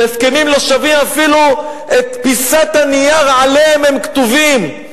הסכמים שלא שווים אפילו את פיסת הנייר שעליה הם כתובים.